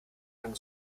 sagen